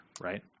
right